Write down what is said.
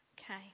Okay